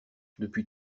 depuis